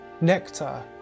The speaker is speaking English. nectar